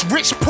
Rich